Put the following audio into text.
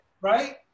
right